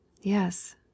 Yes